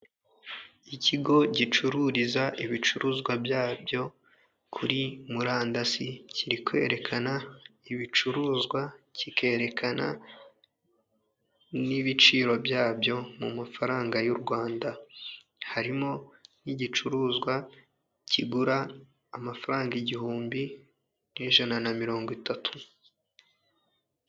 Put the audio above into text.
Ikigo gicururiza ibicuruzwa byabyo kuri murandasi, kiri kwerekana ibicuruzwa, kikerekana n'ibiciro byabyo mu mafaranga y' u Rwanda. Harimo n'igicuruzwa kigura amafaranga igihumbi n'ijana na mirongo itatu.